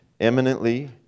eminently